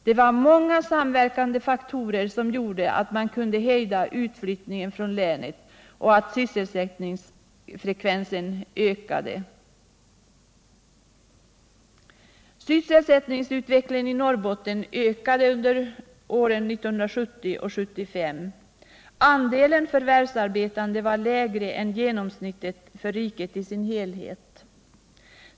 Det var många samverkande faktorer som gjorde att man kunde hejda utflyttningen från länet och att sysselsättningsfrekvensen ökade. Sysselsättningsutvecklingen i Norrbotten ökade under åren 1970 och 1975. Andelen förvärvsarbetande var lägre än genomsnittet för riket i dess helhet.